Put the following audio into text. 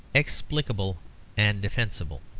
explicable and defensible.